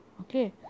okay